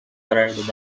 arrived